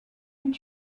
eut